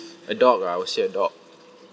a dog lah I would say a dog